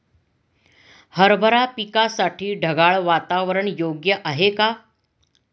हरभरा पिकासाठी ढगाळ वातावरण योग्य आहे का?